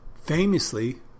Famously